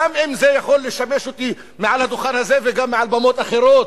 גם אם זה יכול לשמש אותי מעל הדוכן וגם מעל במות אחרות,